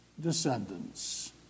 descendants